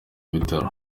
bitaro